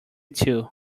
two